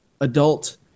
adult